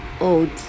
old